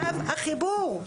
ו' החיבור.